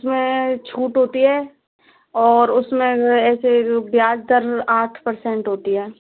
उसमें छूट होती है और उसमें ऐसे ब्याज दर आठ पर्सेन्ट होती है